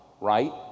right